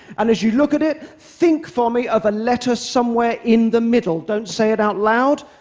and as you look at it, think for me of a letter somewhere in the middle, don't say it out loud,